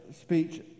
speech